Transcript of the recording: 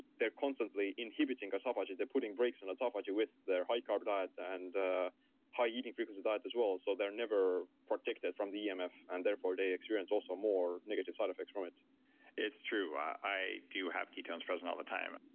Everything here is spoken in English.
they're constantly inhibiting autophagy. they're putting brakes in autophagy with their high-carb diet and high-eating frequency diet as well. so they're never protected from the emf and therefore they experience also more negative side effects from it it's true. i do have ketones present all the time.